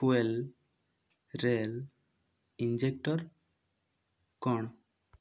fuel rail injector କ'ଣ